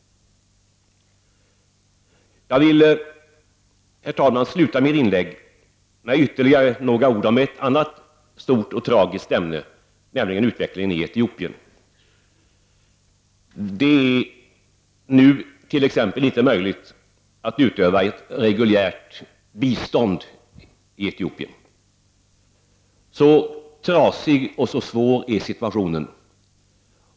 Jag vill, herr talman, sluta mitt inlägg med ytterligare några ord om ett annat stort och tragiskt ämne, nämligen utvecklingen i Etiopien. Det är nu t.ex. inte möjligt att utöva ett reguljärt biståndsarbete i Etiopien. Så trasig och så svår är situationen.